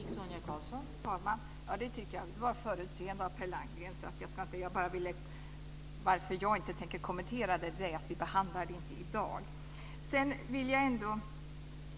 Fru talman! Det tycker jag var förutseende av Per Landgren. Anledningen till att jag inte tänkte kommentera det är att vi inte behandlar det i dag.